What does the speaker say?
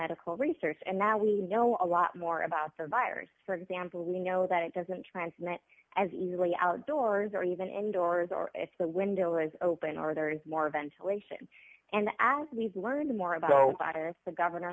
medical research and now we know a lot more about the virus for example we know that it doesn't transmit as easily outdoors or even indoors or if the window is open or there is more ventilation and as we've learned more about the governor